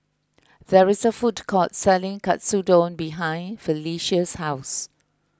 there is a food court selling Katsudon behind Phylicia's house